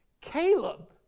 Caleb